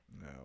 No